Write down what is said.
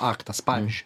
aktas pavyzdžiui